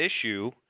issue